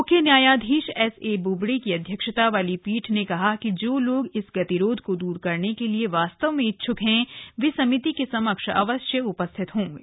म्ख्य न्यायाधीश S A Bobde की अध्यक्षता वाली पीठ ने कहा कि जो लोग इस गतिरोध को दूर करने के लिए वास्तव में इच्छ्क हैं वे समिति के समक्ष अवश्य उपस्थित होंगे